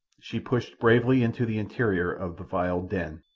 she pushed bravely into the interior of the vile den.